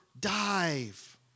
dive